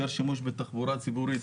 יותר שימוש בתחבורה ציבורית,